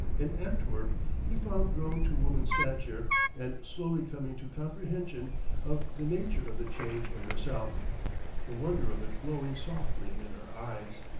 in antwerp he found grown to woman's stature and slowly coming to comprehension of the nature of the change in herself the wonder of it glowing softly in her eyes.